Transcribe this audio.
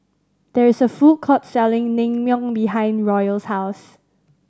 there is a food court selling Naengmyeon behind Royal's house